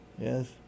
Yes